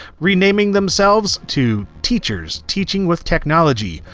renaming themselves to teachers teaching with technology,